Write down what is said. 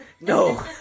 No